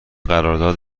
قرارداد